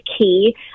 key